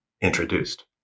introduced